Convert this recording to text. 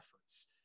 efforts